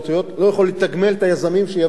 לא יכול לתגמל את היזמים שיבואו לשם.